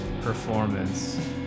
performance